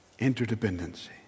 Interdependency